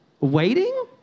waiting